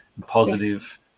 Positive